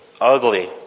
ugly